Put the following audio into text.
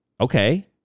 Okay